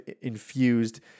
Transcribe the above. infused